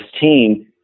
team